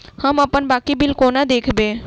हम अप्पन बाकी बिल कोना देखबै?